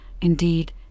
indeed